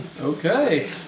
Okay